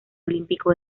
olímpico